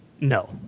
No